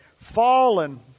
Fallen